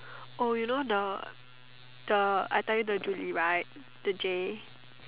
oh you know the the I tell you the Julie right the J